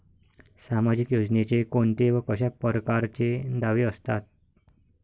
सामाजिक योजनेचे कोंते व कशा परकारचे दावे असतात?